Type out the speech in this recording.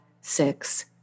six